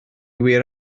wir